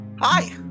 Hi